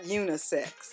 unisex